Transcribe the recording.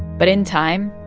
but in time,